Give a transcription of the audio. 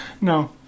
No